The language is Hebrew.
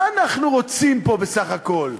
מה אנחנו רוצים פה בסך הכול?